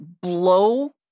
blow